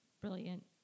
brilliant